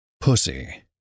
pussy